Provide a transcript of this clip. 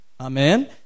Amen